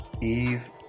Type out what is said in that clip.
Eve